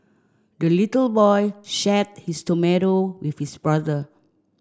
the little boy shared his tomato with his brother